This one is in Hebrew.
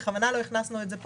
בכוונה לא הכנסנו את זה לפה,